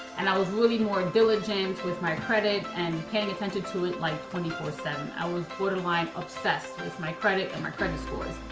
and i was really more diligent with my credit and paying attention to it like twenty four seven. i was borderline obsessed with my credit and my credit scores.